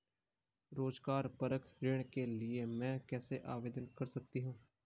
रोज़गार परक ऋण के लिए मैं कैसे आवेदन कर सकतीं हूँ?